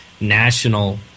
national